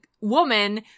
woman